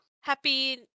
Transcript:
Happy